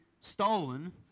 stolen